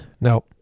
No